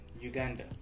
Uganda